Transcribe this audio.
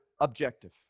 objective